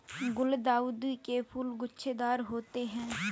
गुलदाउदी के फूल गुच्छेदार होते हैं